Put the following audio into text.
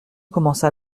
commença